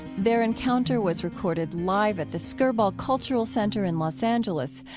their encounter was recorded live at the skirball cultural center in los angeles.